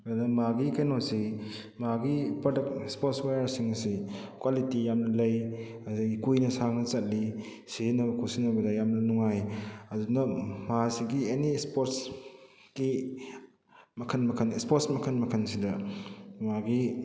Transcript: ꯑꯗꯨꯗ ꯃꯥꯒꯤ ꯀꯩꯅꯣꯁꯤ ꯃꯥꯒꯤ ꯄ꯭ꯔꯗꯛ ꯁ꯭ꯄꯣꯔꯠꯁ ꯋꯦꯌꯥꯔꯁꯤꯡꯁꯤ ꯀ꯭ꯋꯥꯂꯤꯇꯤ ꯌꯥꯝꯅ ꯂꯩ ꯑꯗꯨꯗꯩ ꯀꯨꯏꯅ ꯁꯥꯡꯅ ꯆꯠꯂꯤ ꯁꯤꯖꯤꯟꯅꯕ ꯈꯨꯁꯤꯟꯅꯕꯗ ꯌꯥꯝꯅ ꯅꯨꯡꯉꯥꯏ ꯑꯗꯨꯅ ꯃꯁꯤꯒꯤ ꯑꯦꯅꯤ ꯁ꯭ꯄꯣꯔꯠꯁꯀꯤ ꯃꯈꯜ ꯃꯈꯜ ꯁ꯭ꯄꯣꯔꯠꯁ ꯃꯈꯜ ꯃꯈꯜꯁꯤꯗ ꯃꯥꯒꯤ